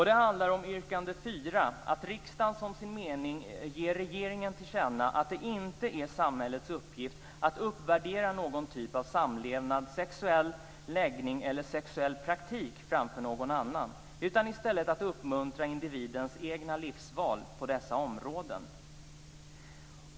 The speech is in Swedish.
Det handlar om yrkande 4 - att riksdagen som sin mening ger regeringen till känna att det inte är samhällets uppgift att uppvärdera någon typ av samlevnad, sexuell läggning eller sexuell praktik framför någon annan utan i stället uppmuntra individens egna livsval på dessa områden.